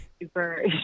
super